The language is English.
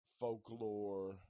folklore